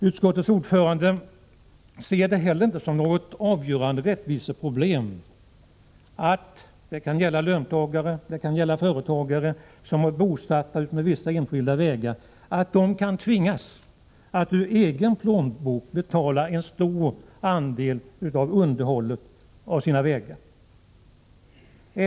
Utskottets ordförande ser det heller inte som något avgörande rättviseproblem att löntagare eller företagare som är bosatta utefter vissa enskilda vägar kan tvingas att ur egen plånbok betala en stor andel av underhållet av dessa vägar.